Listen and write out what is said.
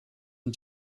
and